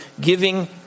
giving